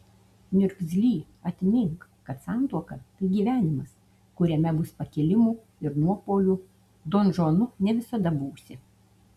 niurgzly atmink kad santuoka tai gyvenimas kuriame bus pakilimų ir nuopuolių donžuanu ne visada būsi